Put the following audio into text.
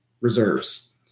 reserves